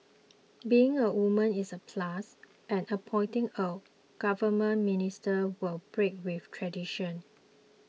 being a woman is a plus and appointing a government minister will break with tradition